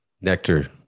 Nectar